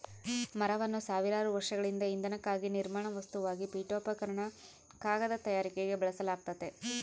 ಮರವನ್ನು ಸಾವಿರಾರು ವರ್ಷಗಳಿಂದ ಇಂಧನಕ್ಕಾಗಿ ನಿರ್ಮಾಣ ವಸ್ತುವಾಗಿ ಪೀಠೋಪಕರಣ ಕಾಗದ ತಯಾರಿಕೆಗೆ ಬಳಸಲಾಗ್ತತೆ